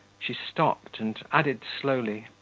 she stopped and added slowly,